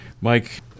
Mike